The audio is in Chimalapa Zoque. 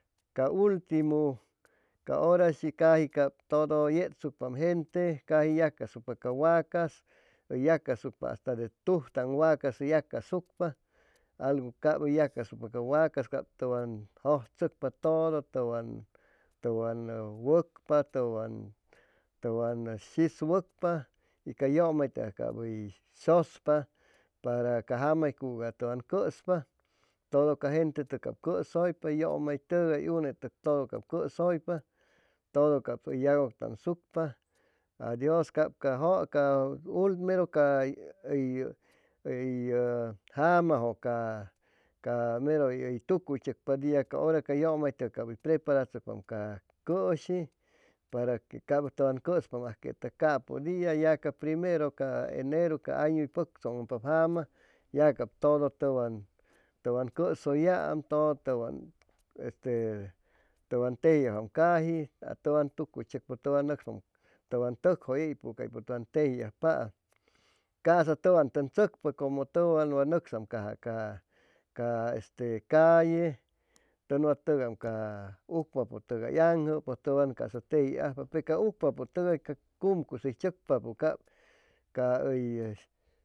Ca ultimu ca hora shi caji cap todo yechsucpaam gente caji yacasucpa ca wacas hʉy yacasucpa hasta de tujtaan wacas hʉ yacasucpa algu cap hʉy yacasucpa ca wacas cap tʉwan jʉjtzʉcpa todo tʉwan tʉwan wʉcpa tʉwan shis wʉcpa y a yʉmaytʉgay cap hʉy sʉspa para ca jama hʉy cuga tʉwan cʉspa todo ca gente tʉgay cap cʉsʉypa yʉmaytʉgay unetʉg todo cap cʉsʉypa todo cap hʉy adios cap ca mero cay hʉy jamajʉ ca ca mero hʉy tucuy tzʉcpap dia ca hora ca yʉmaytʉg cap hʉy preparatzʉcpam ca cʉshi para que cap tʉwan cʉspa ajqueta capʉ dia ya ca primero ca enero ca añu pʉctzʉŋpap jama ya cap todo tʉwan tʉwan cʉsʉyam todo tʉwan tejiajwam caji tʉwan tucuytzʉcpa tʉwan nʉcspam tʉwan tʉkjʉ yeypʉ caypʉ tʉwan tejiajpaam casa tʉwan tʉn tzʉcpa como tʉwan wa nʉcsaam caja ca ca este calle tʉn wa tʉgam ca ucpapʉtʉgay aŋjʉ pʉj tʉwan casa teji'ajpa pe ca ucpapʉtʉgais ca cumcuy hʉy tzʉcpapʉ cap ca hʉy